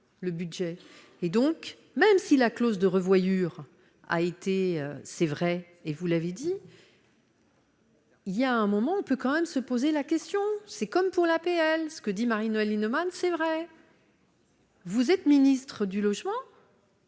le budget et donc même si la clause de revoyure a été c'est vrai et vous l'avez dit. Il y a un moment où on peut quand même se poser la question, c'est comme pour l'APL, ce que dit Marie-Noëlle Lienemann c'est vrai. Vous êtes ministre du Logement.